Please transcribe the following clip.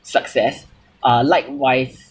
success uh likewise